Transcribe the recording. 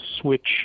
switch